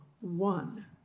one